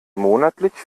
monatlich